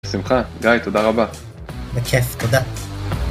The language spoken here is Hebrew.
שמחה גיא תודה רבה בכיף תודה